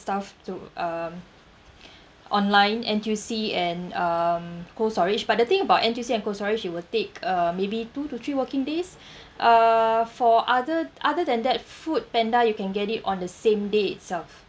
stuff to um online N_T_U_C and um cold storage but the thing about N_T_U_C and cold storage it will take um maybe two to three working days uh for other other than that Foodpanda you can get it on the same day itself